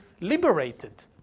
liberated